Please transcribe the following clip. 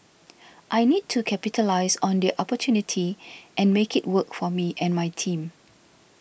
I need to capitalise on the opportunity and make it work for me and my team